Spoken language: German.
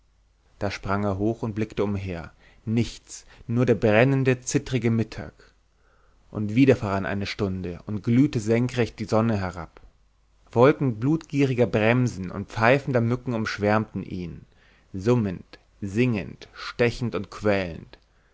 da sprang er hoch und blickte umher nichts nur der brennende zitternde mittag und wieder verrann eine stunde und glühte senkrecht die sonne herab wolken blutgieriger bremsen und pfeifender mücken umschwärmten ihn summend singend stechend und quälend